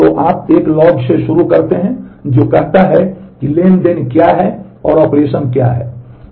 तो आप एक लॉग से शुरू करते हैं जो कहता है कि ट्रांज़ैक्शन क्या है और ऑपरेशन क्या है